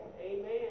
Amen